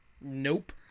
Nope